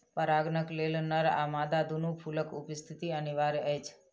परागणक लेल नर आ मादा दूनू फूलक उपस्थिति अनिवार्य अछि